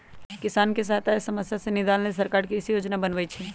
किसानके सहायता आ समस्या से निदान लेल सरकार कृषि योजना बनय छइ